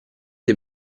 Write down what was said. dei